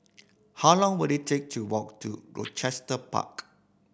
how long will it take to walk to Rochester Park